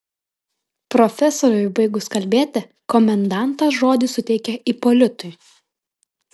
profesoriui baigus kalbėti komendantas žodį suteikė ipolitui